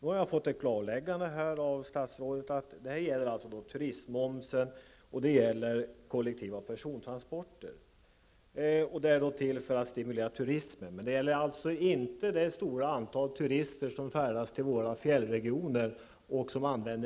Nu har statsrådet klarlagt att det gäller turistmomsen och kollektiva persontransporter för att stimulera turismen. Det gäller alltså inte det stora antal turister som färdas till våra fjällregioner i